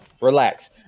Relax